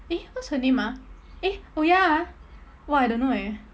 eh what's her name ah eh oh ya ah !wah! I don't know eh